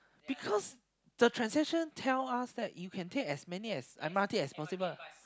because the transaction tell us that you can take as many as m_r_t as possible